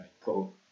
Cool